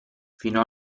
fino